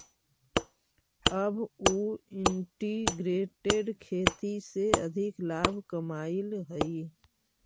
अब उ इंटीग्रेटेड खेती से अधिक लाभ कमाइत हइ